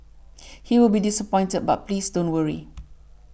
he will be disappointed but please don't worry